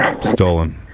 stolen